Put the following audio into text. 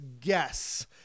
guess